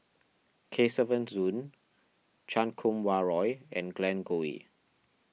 Kesavan Soon Chan Kum Wah Roy and Glen Goei